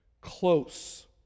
close